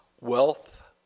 wealth